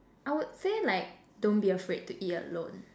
I would say like don't be afraid to eat alone